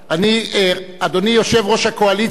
אדוני יושב-ראש הקואליציה,